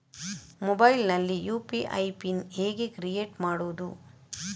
Mobile ನಲ್ಲಿ UPI PIN ಹೇಗೆ create ಮಾಡುವುದು?